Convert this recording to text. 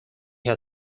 had